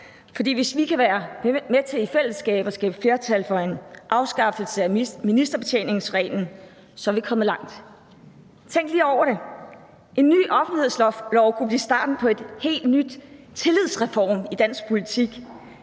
hvis vi kan være med til i fællesskab at finde flertal for en afskaffelse af ministerbetjeningsreglen, er vi kommet langt. Tænk lige over det: En ny offentlighedslov kunne blive starten på en helt ny tillidsreform i dansk politik.